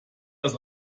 das